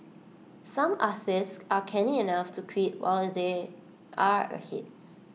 some artists are canny enough to quit while they are ahead